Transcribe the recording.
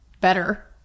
better